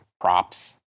props